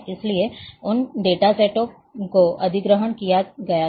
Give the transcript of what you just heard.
इसलिए उन डेटा सेटों का अधिग्रहण किया गया था